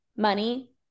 money